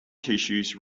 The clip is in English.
tissues